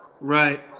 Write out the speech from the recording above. Right